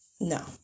No